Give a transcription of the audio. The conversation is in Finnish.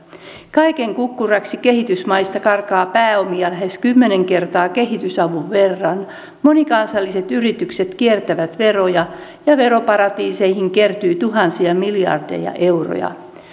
kaiken kukkuraksi kehitysmaista karkaa pääomia lähes kymmenen kertaa kehitysavun verran monikansalliset yritykset kiertävät veroja ja veroparatiiseihin kertyy tuhansia miljardeja euroja